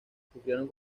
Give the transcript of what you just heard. sufrieron